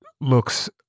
looks